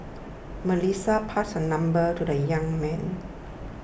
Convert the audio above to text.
Melissa passed her number to the young man